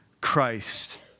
Christ